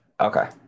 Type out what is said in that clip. okay